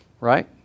Right